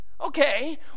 Okay